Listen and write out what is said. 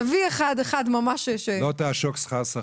תביא אחד שממש לא תעשוק שכר שכיר,